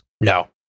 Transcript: No